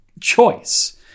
choice